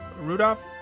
Rudolph